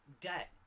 debt